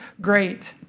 great